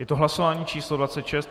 Je to hlasování číslo 26.